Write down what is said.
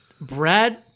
Brad